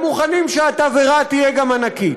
הם מוכנים שהתבערה תהיה גם ענקית.